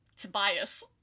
Tobias